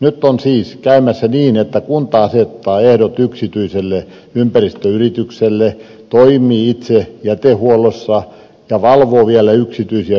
nyt on siis käymässä niin että kunta asettaa ehdot yksityiselle ympäristöyritykselle toimii itse jätehuollossa ja valvoo vielä yksityisiä ympäristöyrityksiä